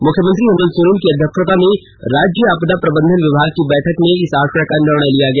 मुख्यमंत्री हेमंत सोरेन की अध्यक्षता में राज्य आपदा प्रबंधन विभाग की बैठक में इस आशय का निर्णय लिया गया